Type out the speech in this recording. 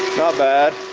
not bad.